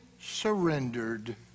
surrendered